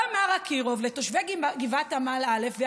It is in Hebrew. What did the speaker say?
בא מר אקירוב לתושבי גבעת עמל א' ואמר: